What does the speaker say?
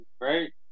right